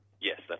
Yes